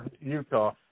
Utah